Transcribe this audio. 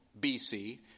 BC